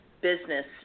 business